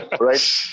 right